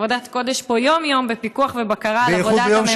עבודת קודש פה יום-יום בפיקוח ובקרה על עבודת הממשלה.